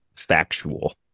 factual